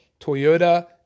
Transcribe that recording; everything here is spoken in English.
Toyota